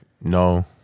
No